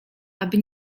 aby